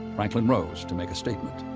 franklin rose to make a statement.